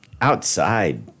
outside